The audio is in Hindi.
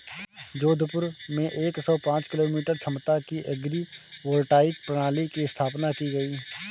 जोधपुर में एक सौ पांच किलोवाट क्षमता की एग्री वोल्टाइक प्रणाली की स्थापना की गयी